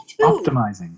optimizing